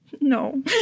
No